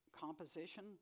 composition